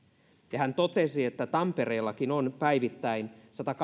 ja hän totesi että tampereellakin on päivittäin